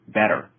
better